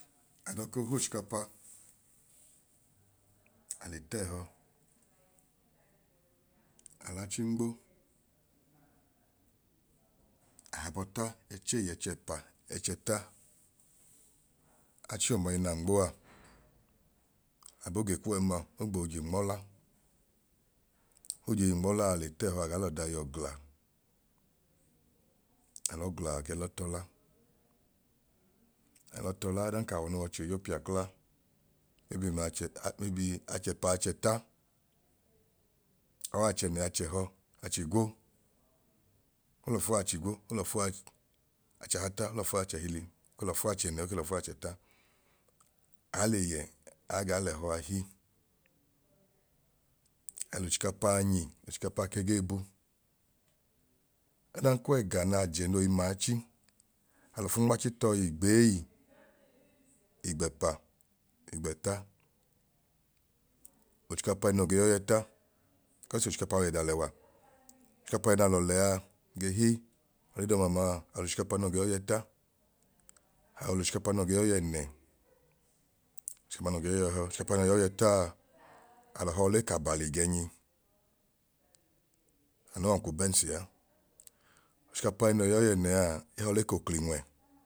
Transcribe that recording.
Adọkoo h'ochikapa ale t'ẹhọ alachi nmo aha bọọ ta ẹchei ẹchẹpa ẹchẹta achi ọma ẹnaa nmoaa aboo gekwu ẹẹma ogboo je nmọla, oje nmọlaa ale tẹẹhọ agaa l'ọdaiyọ gla alọ gla ake lọ tọla alọ tọla odan kawọ noo w'ọcho yoo pia kla maybe mlaa chẹ maybe mlaachẹpa achẹta or achẹnẹ achẹhọ achigwo, olọfu achi gwo olọfu wach achahata olọfu w'achẹnẹ oke lọfu w'achẹta aale yẹ aa gaa l'ẹhọ a hi al'ochikapaanyi ochikapaa ke gee bu odan ko w'ẹga naajẹ noi maachi alọfu nmachi tọọ igbeeyi igbẹkpa igbẹta cọs ochikapa l'ẹdalẹwa, ochikapa ẹna alọ lẹa ge hi ọlidọma amaa alọ l'ochikapa no ge yọ yẹẹnẹ ochikapanoo ge y'ọyẹhọ, ochikapa noo ge y'ọyẹtaa alọ họọ le k'abaligẹnyi anu w'ọnku bẹns a, ochikapa ẹnoi y'ọyẹẹnẹ a ehọọ le k'oklinwẹ